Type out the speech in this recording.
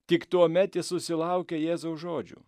tik tuomet ji susilaukia jėzaus žodžių